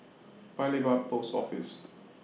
Paya Lebar Post Office